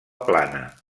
plana